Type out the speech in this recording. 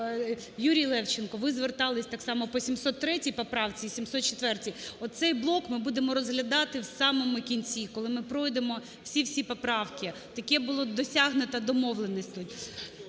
Юрій Левченко, ви звертались так само по 703 поправці, 704-й. Оцей блок ми будемо розглядати в самому кінці, коли ми пройдемо всі-всі поправки. Така була досягнута домовленість.